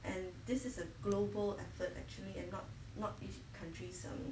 and this is a global effort actually and not not each country's um